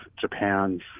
Japan's